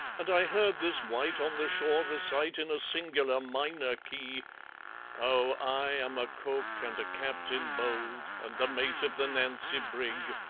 and i heard this wight on the shore recite, in a singular minor key oh, i am a cook and a captain bold, and the mate of the nancy brig,